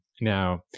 Now